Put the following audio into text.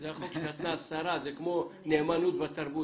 אני חושב שאפילו עשינו דחייה ליישום בחלק מהדברים,